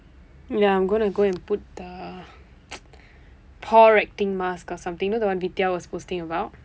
ya I'm gonna go and put the pore acting mask or something you know the [one] vidya was posting about